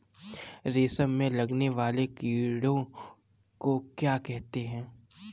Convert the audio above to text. रेशम में लगने वाले कीड़े को क्या कहते हैं?